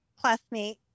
classmate